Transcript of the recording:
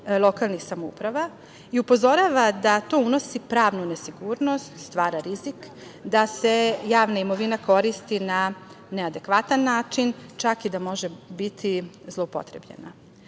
lokalnih samouprava i upozorava da to unosi pravnu nesigurnost, stvara rizik, da se javna imovina koristi na neadekvatan način, čak i da može biti zloupotrebljena. Upravo